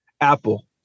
Apple